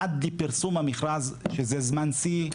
עד לפרסום המרכז שזה זמן שיא,